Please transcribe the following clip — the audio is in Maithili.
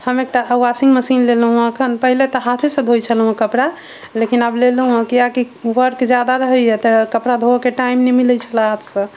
हम एकटा वाशिंग मशीन लेलहुॅं हँ अखन पहिले तऽ हाथे सॅं धोय छलहुॅं हँ कपड़ा लेकिन आब लेलहुॅं हँ कियाकि वर्क जादा रहैया तऽ कपड़ा धोए के टाइम नहि मिलै छलै हाथ से